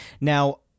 Now